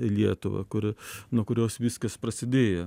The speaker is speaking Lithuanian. lietuvą kur nuo kurios viskas prasidėjo